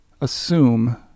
assume